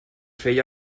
feia